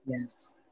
Yes